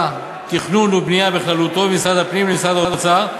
תכנון ובנייה בכללותו ממשרד הפנים למשרד האוצר,